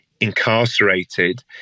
incarcerated